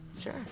Sure